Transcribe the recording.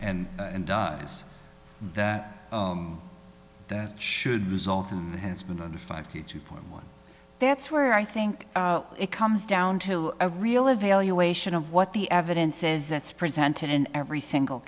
and and does that that should result and has been under five feet two point one that's where i think it comes down to a real avail you ation of what the evidence is it's presented in every single